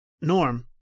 Norm